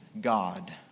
God